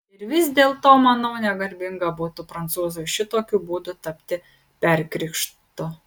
ir vis dėlto manau negarbinga būtų prancūzui šitokiu būdu tapti perkrikštu